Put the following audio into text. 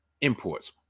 imports